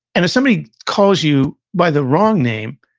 and if somebody calls you by the wrong name,